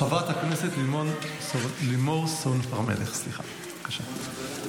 חברת הכנסת לימור סון הר מלך, בבקשה.